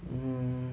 um